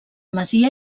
masia